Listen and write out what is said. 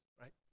right